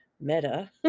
Meta